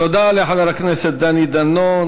תודה לחבר הכנסת דני דנון.